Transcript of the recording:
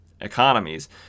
economies